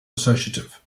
associative